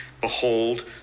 Behold